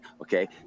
okay